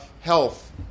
health